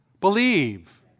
believe